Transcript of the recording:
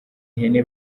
ihene